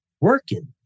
working